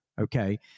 Okay